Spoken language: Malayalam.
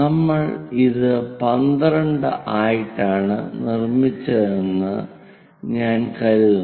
നമ്മൾ ഇത് 12 ആയിട്ടാണ് നിർമ്മിച്ചതെന്ന് ഞാൻ കരുതുന്നു